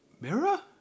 mirror